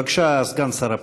בבקשה, סגן שר הפנים.